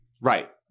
Right